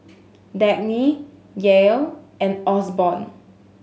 Dagny Yael and Osborne